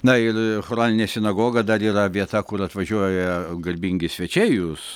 na ir choralinė sinagoga dar yra vieta kur atvažiuoja garbingi svečiai jūs